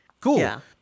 Cool